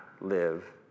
live